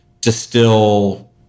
distill